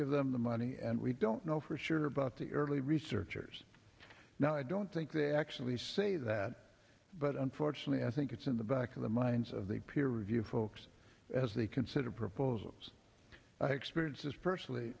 give them the money and we don't know for sure but the early researchers now i don't think they actually say that but unfortunately i think it's in the back of the minds of the peer review folks as they consider proposals expert just personally